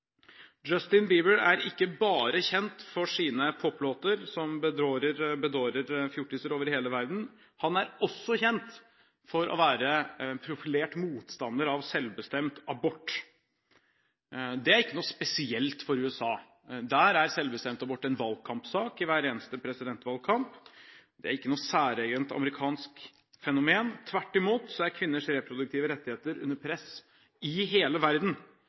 Justin Bieber er ikke bare kjent for sine poplåter som bedårer fjortiser over hele verden, han er også kjent for å være en profilert motstander av selvbestemt abort. Det er ikke noe spesielt for USA. Der er selvbestemt abort en valgkampsak i hver eneste presidentvalgkamp. Det er ikke noe særegent amerikansk fenomen. Tvert imot er kvinners reproduktive rettigheter under press i hele verden,